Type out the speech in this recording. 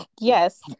Yes